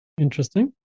interesting